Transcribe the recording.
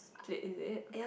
late is it